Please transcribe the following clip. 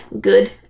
good